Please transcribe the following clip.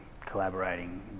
collaborating